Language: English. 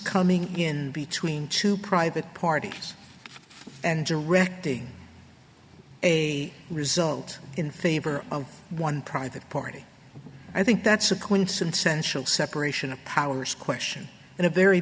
coming in between two private parties and directing a result in favor of one private party i think that's a quince and sensual separation of powers question and a very